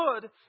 good